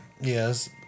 Yes